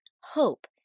hope